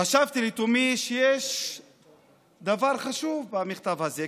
חשבתי לתומי שיש דבר חשוב במכתב הזה.